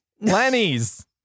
Lenny's